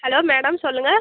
hello madam சொல்லுங்கள்